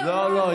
לא, לא.